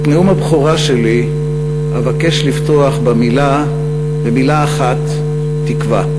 את נאום הבכורה שלי אבקש לפתוח במילה אחת, תקווה.